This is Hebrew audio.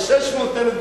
יש 600,000,